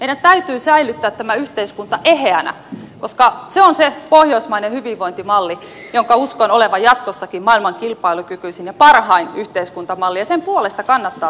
meidän täytyy säilyttää tämä yhteiskunta eheänä koska se on se pohjoismainen hyvinvointimalli jonka uskon olevan jatkossakin maailman kilpailukykyisin ja parhain yhteiskuntamalli ja sen puolesta kannattaa